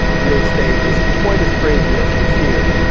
real estate isn't quite as crazy as it is here,